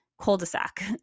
cul-de-sac